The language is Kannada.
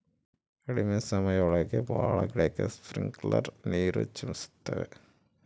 ಕಡ್ಮೆ ಸಮಯ ಒಳಗ ಭಾಳ ಗಿಡಕ್ಕೆ ಸ್ಪ್ರಿಂಕ್ಲರ್ ನೀರ್ ಚಿಮುಕಿಸ್ತವೆ